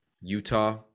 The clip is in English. Utah –